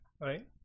Right